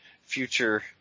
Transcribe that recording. future